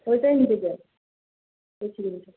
ওটাই নিতে চাই এসি রুমটা